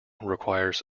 requires